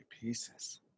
pieces